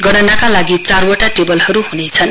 गणनाका लागि चारवटा टेबलहरू हुनेछन्